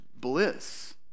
bliss